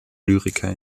lyriker